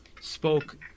spoke